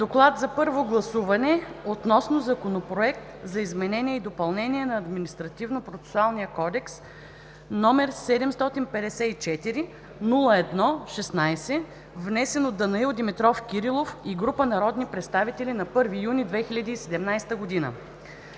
„ДОКЛАД за първо гласуване относно Законопроект за изменение и допълнение на Административнопроцесуалния кодекс, № 754-01-16, внесен от Данаил Димитров Кирилов и група народни представители на 1 юни 2017 г.